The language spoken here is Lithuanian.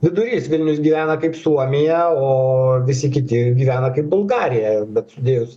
vidurys vilnius gyvena kaip suomija o visi kiti gyvena kaip bulgarija bet sudėjus